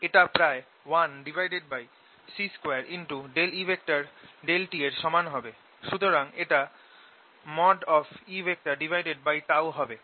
এটা প্রায় 1C2E∂t এর সমান হবে সুতরাং এটা হবে